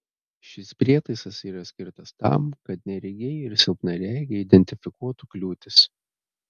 šis prietaisas yra skirtas tam kad neregiai ir silpnaregiai identifikuotų kliūtis